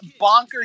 bonkers